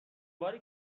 باری